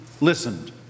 listened